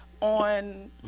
on